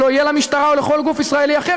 ולא תהיה למשטרה או לכל גוף ישראלי אחר